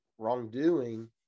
Wrongdoing